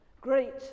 Great